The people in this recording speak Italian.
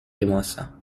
rimossa